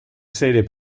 sede